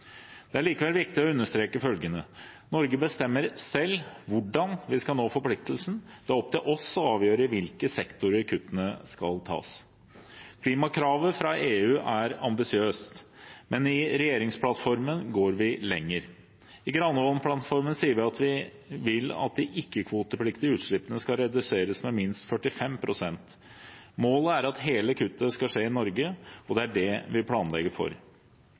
Det er likevel viktig å understreke følgende: Norge bestemmer selv hvordan vi skal nå forpliktelsen. Det er opp til oss å avgjøre i hvilke sektorer kuttene skal tas. Klimakravet fra EU er ambisiøst, men i regjeringsplattformen går vi lenger. I Granavolden-plattformen sier vi at vi vil at de ikke-kvotepliktige utslippene skal reduseres med minst 45 pst. Målet er at hele kuttet skal skje i Norge, og det er det vi planlegger for. Regjeringen vil komme med en plan for